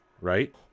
right